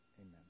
amen